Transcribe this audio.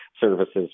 services